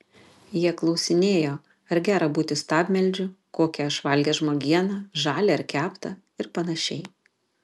jie klausinėjo ar gera būti stabmeldžiu kokią aš valgęs žmogieną žalią ar keptą ir panašiai